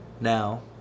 now